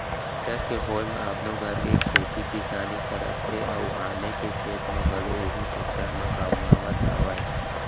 tractor के होय म अपनो घर के खेती किसानी करत हें अउ आने के खेत ल घलौ उही टेक्टर म कमावत हावयँ